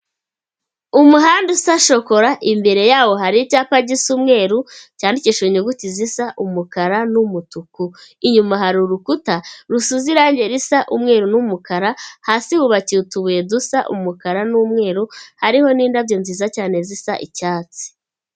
Umuhanda usa shokora imbere yawo hari icyapa gisa umweru, cyandikishijwe inyuguti zisa umukara n'umutuku. Inyuma hari urukuta rusize risa umweru n'umukara, hasi hubakiye utubuye dusa umukara n'umweru, hariho n'indabyo nziza cyane zisa icyatsi.